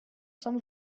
some